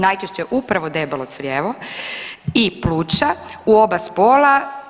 Najčešće upravo debelo crijevo i pluća u oba spola.